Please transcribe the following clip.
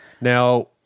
Now